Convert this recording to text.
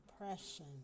depression